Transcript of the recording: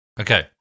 Okay